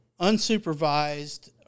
unsupervised